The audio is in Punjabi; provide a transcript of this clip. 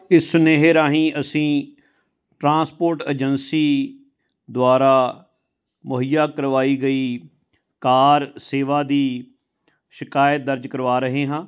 ਇਸ ਸੁਨੇਹੇ ਰਾਹੀਂ ਅਸੀਂ ਟਰਾਂਸਪੋਰਟ ਏਜੰਸੀ ਦੁਆਰਾ ਮੁਹੱਈਆ ਕਰਵਾਈ ਗਈ ਕਾਰ ਸੇਵਾ ਦੀ ਸ਼ਿਕਾਇਤ ਦਰਜ ਕਰਵਾ ਰਹੇ ਹਾਂ